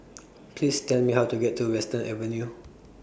Please Tell Me How to get to Western Avenue